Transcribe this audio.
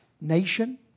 nation